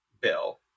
bill